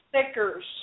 stickers